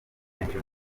benshi